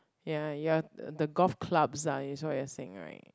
ya your th~ the golf clubs is what you are saying right